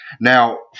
Now